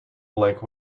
black